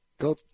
Go